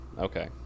Okay